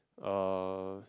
uh